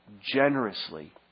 generously